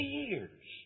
years